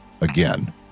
again